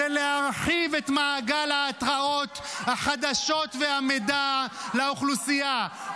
זה להרחיב את מעגל ההתראות החדשות והמידע לאוכלוסייה.